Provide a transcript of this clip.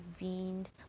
intervened